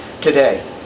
today